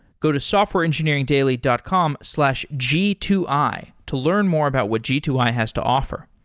go to softwareengineeringdaily dot com slash g two i to learn more about what g two i has to offer.